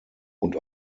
und